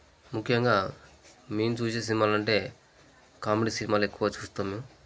ముఖ్యంగా మేము చూసే సినిమాలు అంటే కామెడీ సినిమాలు ఎక్కువ చూస్తాము